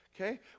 Okay